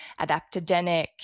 adaptogenic